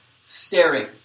staring